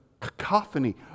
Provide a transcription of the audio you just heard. cacophony